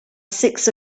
six